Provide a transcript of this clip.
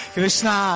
Krishna